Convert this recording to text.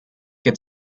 get